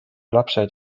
lapsed